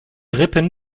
rippen